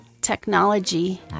technology